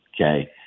okay